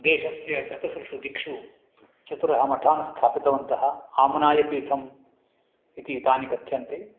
देशस्य चतसृषु दिक्षु चत्वारः मठान् स्थापितवन्तः आम्नायपीठम् इति तानि कथ्यन्ते